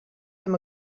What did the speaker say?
him